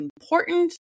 important